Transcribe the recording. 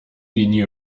linie